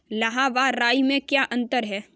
लाह व राई में क्या अंतर है?